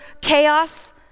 chaos